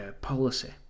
policy